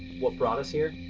what brought us here?